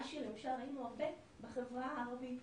מה שלמשל ראינו הרבה בחברה הערבית.